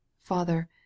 Father